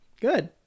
good